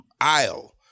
aisle